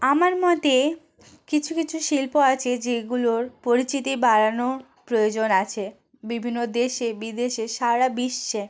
আমার মতে কিছু কিছু শিল্প আছে যেইগুলোর পরিচিতি বাড়ানোর প্রয়োজন আছে বিভিন্ন দেশে বিদেশে সারা বিশ্বে